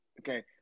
Okay